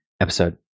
episode